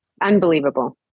Unbelievable